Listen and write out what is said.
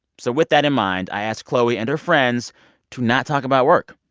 so with that in mind, i asked chloe and her friends to not talk about work.